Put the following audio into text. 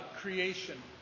creation